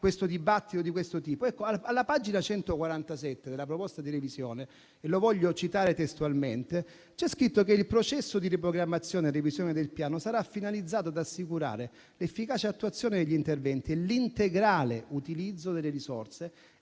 un dibattito di questo tipo. A pagina 147 della proposta di revisione c'è scritto che il processo di riprogrammazione di revisione del Piano sarà finalizzato ad assicurare l'efficace attuazione degli interventi e l'integrale utilizzo delle risorse